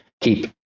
keep